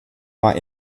war